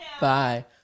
Bye